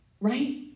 Right